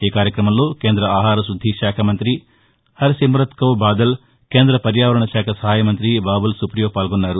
ఈ కార్యక్రమంలో కేంద్ర ఆహార శుద్ది శాఖ మంత్రి హర్ స్పిమత్ కౌ బాదల్ కేంద్ర పర్యావరణ శాఖ సహాయ మంత్రి బాబుల్ సుపియో పాల్గొన్నారు